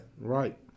Right